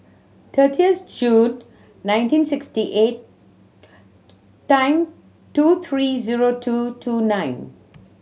thirtieth June nineteen sixty eight ten two three zero two two nine